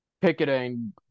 picketing